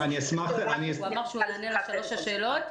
הוא אמר שהוא יענה על שלוש השאלות,